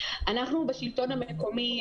בשלטון המקומי,